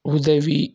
உதவி